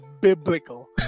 biblical